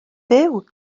fyw